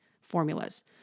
formulas